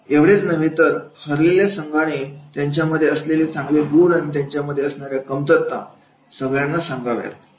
एवढेच नव्हे तर हरलेला संघाने त्यांच्यामध्ये असलेल्या चांगले गुण आणि त्याच्यामध्ये असणारे कमतरता सगळ्यांना सांगाव्यात